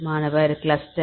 மாணவர் கிளஸ்டர்